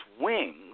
Wings